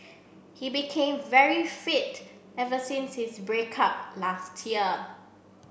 he became very fit ever since his break up last year